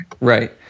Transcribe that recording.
Right